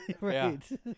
right